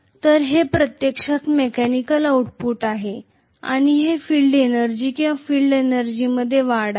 तर हे प्रत्यक्षात मेकॅनिकल आउटपुट आहे आणि हे फील्ड एनर्जी किंवा फील्ड एनर्जीमध्ये वाढ आहे